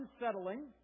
unsettling